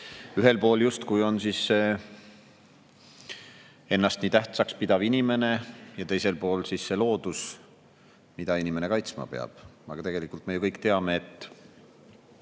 Ühel pool on justkui ennast nii tähtsaks pidav inimene ja teisel pool loodus, mida inimene kaitsma peab. Aga tegelikult me kõik ju teame, et